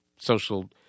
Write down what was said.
social